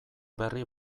berri